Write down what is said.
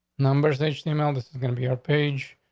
numbers. this email, this is gonna be a page,